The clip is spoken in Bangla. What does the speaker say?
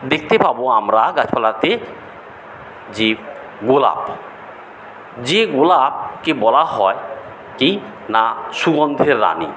দেখতে পাবো আমরা গাছপালাতে যে গোলাপ যে গোলাপকে বলা হয় কি না সুগন্ধের রানী